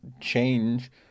change